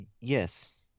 Yes